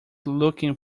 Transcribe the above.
looking